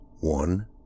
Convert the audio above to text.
One